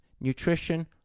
nutrition